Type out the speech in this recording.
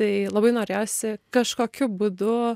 tai labai norėjosi kažkokiu būdu